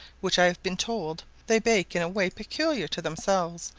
which i have been told they bake in a way peculiar to themselves,